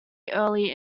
early